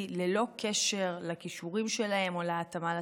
ללא קשר לכישורים שלהם או להתאמה לתפקיד,